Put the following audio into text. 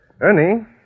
Ernie